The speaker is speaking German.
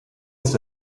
ist